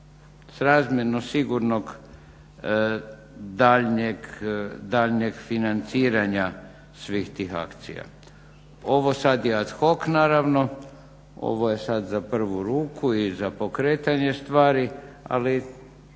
s razmjerno sigurnog daljnjeg financiranja svih tih akcija. Ovo sada je ad hoc naravno, ovo je sada za prvu ruku i za pokretanje stvari ali